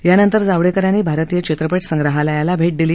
यानंतर जावडेकर यांनी भारतीय चित्रपट संग्राहलयाला भेट दिली